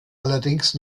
allerdings